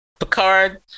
Picard